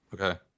okay